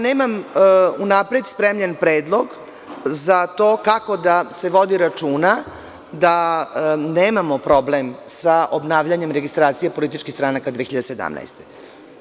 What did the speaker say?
Nemam unapred spremljen predlog za to kako da se vodi računa da nemamo problem sa obnavljanjem registracije političkih stranaka 2017. godine.